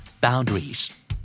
boundaries